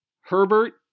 Herbert